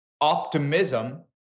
optimism